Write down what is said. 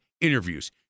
interviews